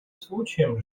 случаем